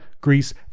Greece